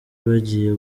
bagiye